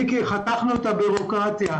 מיקי, חתכנו את הבירוקרטיה.